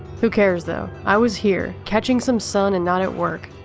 who cares though. i was here, catching some sun and not at work.